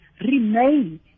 remain